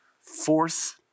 fourth